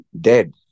Dead